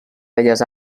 belles